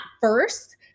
first